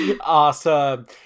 Awesome